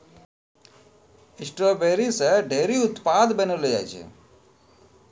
strawberry से ढेरी उत्पाद बनैलो जाय छै